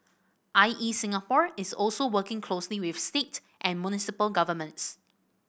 I E Singapore is also working closely with state and municipal governments